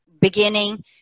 beginning